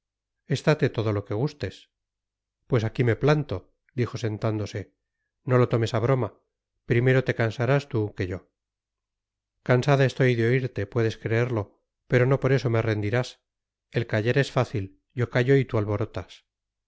estate todo lo que gustes pues aquí me planto dijo sentándose no lo tomes a broma primero te cansarás tú que yo cansada estoy de oírte puedes creerlo pero no por eso me rendirás el callar es fácil yo callo y tú alborotas